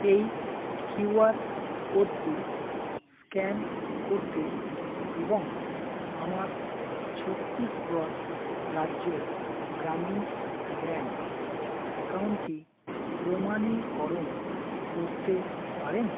এই কিউআর কোডটি স্ক্যান করতে এবং আমার ছত্তিশগড় রাজ্য গ্রামীণ ব্যাঙ্ক অ্যাকাউন্টটি প্রমাণীকরণ করতে পারেন